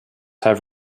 have